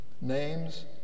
Names